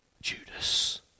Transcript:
Judas